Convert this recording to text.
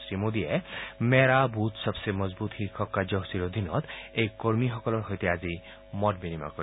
শ্ৰীমোদীয়ে মেৰা বুথ সবচে মজবুজ শীৰ্ষক কাৰ্যসূচীৰ অধীনত এই কৰ্মীসকলৰ সৈতে মত বিনিময় কৰিব